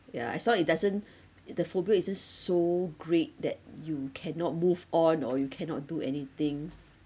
yeah as long it doesn't it the phobia isn't s~ so great that you cannot move on or you cannot do anything